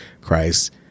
Christ